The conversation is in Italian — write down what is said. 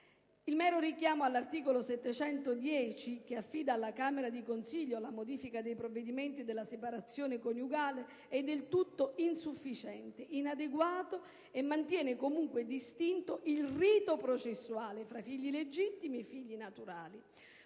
di procedura civile, che affida alla Camera di consiglio la modifica dei provvedimenti della separazione coniugale, è del tutto insufficiente, inadeguato e mantiene, comunque, distinto il rito tra figli legittimi e naturali;